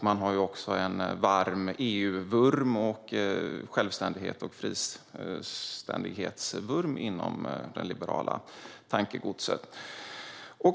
Man har också en varm EU-vurm och en vurm för självständighet och frihet inom det liberala tankegodset.